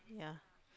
yeah